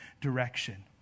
direction